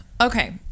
Okay